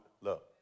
look